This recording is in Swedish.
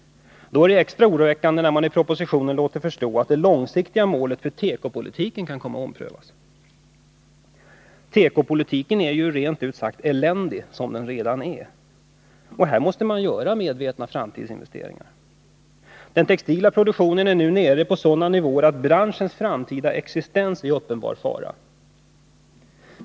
Det är därför extra oroväckande när man i propositionen låter förstå att det långsiktiga målet för tekopolitiken kan komma att omprövas. Tekopolitiken är ju rent ut sagt eländig redan som den är, och här måste medvetna framtidsinvesteringar göras. Den textila produktionen är nu nere på sådana nivåer att branschens framtida existens är i uppenbar fara.